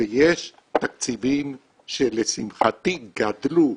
ויש תקציבים שלשמחתי גדלו